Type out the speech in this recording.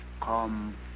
Come